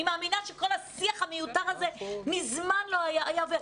אני מאמינה שכל השיח המיותר הזה מזמן היה עובר.